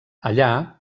allà